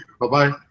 Bye-bye